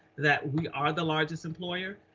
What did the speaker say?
that we are the largest employer.